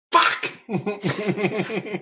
Fuck